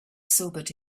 sobered